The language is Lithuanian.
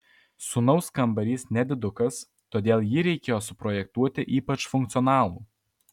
sūnaus kambarys nedidukas todėl jį reikėjo suprojektuoti ypač funkcionalų